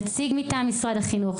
נציג מטעם משרד החינוך,